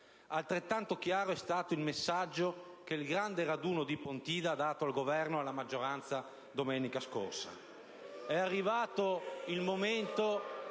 Altrettanto chiaro è stato il messaggio che il grande raduno di Pontida ha dato al Governo e alla maggioranza domenica scorsa.